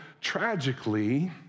tragically